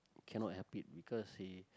cannot help it because he